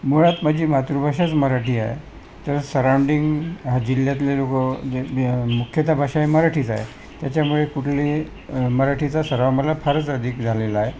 मुळात माझी मातृभाषाच मराठी आहे तर सराउंडिंग ह्या जिल्ह्यातले लोक जे मुख्यतः भाषा आहे मराठीच आहे त्याच्यामुळे कुठली मराठीचा सराव मला फारच अधिक झालेला आहे